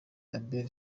abdel